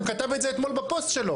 הוא כתב את זה אתמול בפוסט שלו.